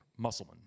Muscleman